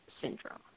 syndrome